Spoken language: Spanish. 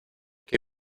que